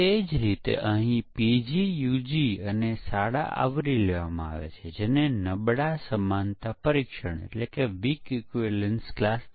બધી કંપનીઓ ઓછામાં ઓછા 50 ટકા પ્રયત્નો પરીક્ષણ પર અને 50 ટકા સ્પષ્ટીકરણ ડિઝાઇનિંગ કોડિંગ અને તેથી વધુમાં ખર્ચ કરે છે